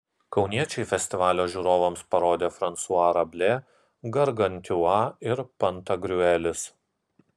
kauniečiai festivalio žiūrovams parodė fransua rablė gargantiua ir pantagriuelis